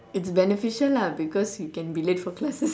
it's beneficial lah because you can be late for class